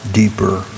deeper